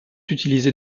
utiliser